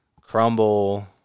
Crumble